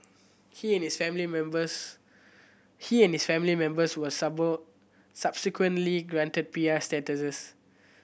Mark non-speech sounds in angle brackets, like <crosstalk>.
he and his family members he and his family members were <unintelligible> subsequently granted P R status